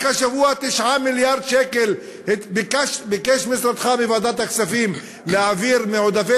רק השבוע ביקש משרדך מוועדת הכספים להעביר 9 מיליארד שקל מעודפי